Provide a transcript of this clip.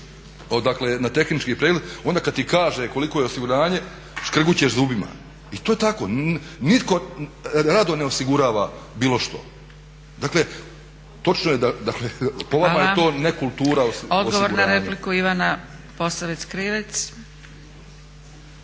dakle na tehnički pregled, onda kad ti kaže koliko je osiguranje škrgućeš zubima i to je tako. Nitko rado ne osigurava bilo što. Dakle po vama je to nekultura osiguranja. **Zgrebec, Dragica